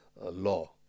law